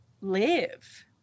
live